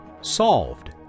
Solved